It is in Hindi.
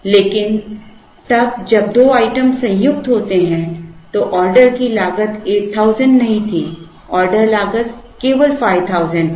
लेकिन तब जब दो आइटम संयुक्त होते हैं तो ऑर्डर की लागत 8000 नहीं थी ऑर्डर लागत केवल 5000 थी